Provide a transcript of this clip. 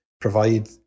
provide